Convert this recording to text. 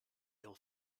ill